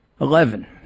Eleven